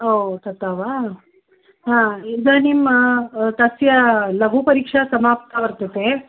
ओ तथा वा हा इदानीं तस्य लघुपरीक्षा समाप्ता वर्तते